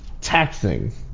taxing